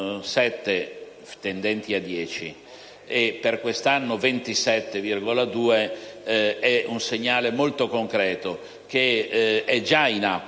7 (tendenti a 10), e per quest'anno 27,2, è un segnale molto concreto, che è già in atto.